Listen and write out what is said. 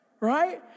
Right